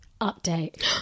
Update